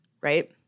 right